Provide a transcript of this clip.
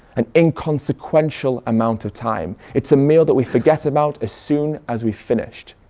an inconsequential amount of time, it's a meal that we forget about as soon as we finished.